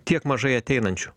tiek mažai ateinančių